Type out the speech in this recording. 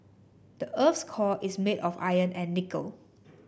the earth's core is made of iron and nickel